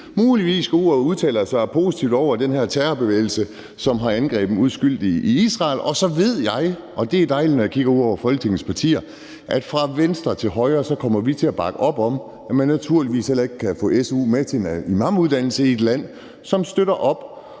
ud og udtaler sig positivt om den her terrorbevægelse, som har angrebet uskyldige i Israel. Så vil jeg vide – og det er dejligt – når jeg kigger ud over Folketingets partier, at fra venstre til højre kommer vi til at bakke op om, at man naturligvis heller ikke kan få su med til sin imamuddannelse i et land, som støtter op